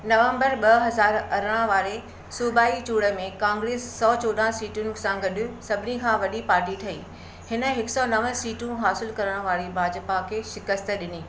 नवंबर ॿ हजार अरड़ाहं वारे सूबाई चूंड में कांग्रेस हिक सौ चौॾहं सीटुनि सां गॾु सभिनी खां वॾी पार्टी ठही हिन हिक सौ नव सीटूं हासिलु करण वारी भाजपा खे शिकस्तु ॾिनी